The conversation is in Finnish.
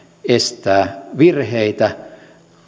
estää virheitä